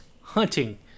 hunting